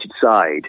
side